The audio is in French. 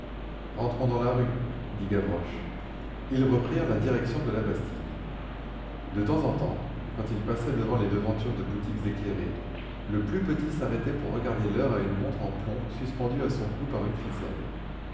rentrons dans la rue dit gavroche ils reprirent la direction de la bastille de temps en temps quand ils passaient devant les devantures de boutiques éclairées le plus petit s'arrêtait pour regarder l'heure à une montre en plomb suspendue à son cou par une ficelle